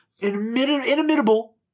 inimitable